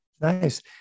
Nice